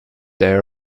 they